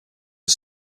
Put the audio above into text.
are